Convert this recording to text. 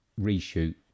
reshoot